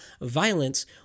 violence